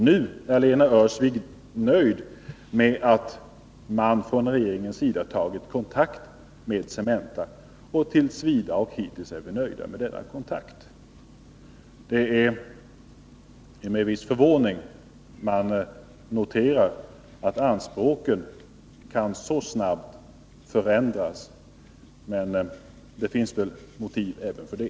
Nu är Lena Öhrsvik tills vidare nöjd med att regeringen tagit kontakt med Cementa. Det är med viss förvåning jag noterar att anspråken så snabbt kan förändras. Men det finns väl motiv även för det.